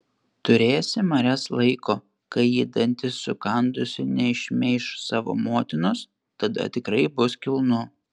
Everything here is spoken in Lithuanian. turėsi marias laiko kai ji dantis sukandusi nešmeiš savo motinos tada tikrai bus kilnu